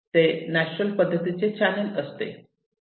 ते नॅचरल पद्धतीचे चॅनल असते